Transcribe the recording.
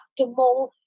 optimal